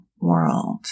world